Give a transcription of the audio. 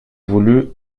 voulu